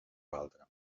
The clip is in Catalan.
valdre